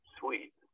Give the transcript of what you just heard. sweet